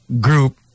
group